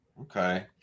Okay